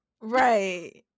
Right